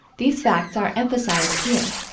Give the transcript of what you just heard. these facts are emphasized here,